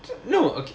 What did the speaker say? no